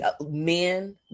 men